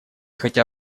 хотя